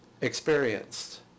experienced